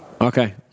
Okay